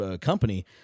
company